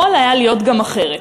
יכול היה להיות גם אחרת.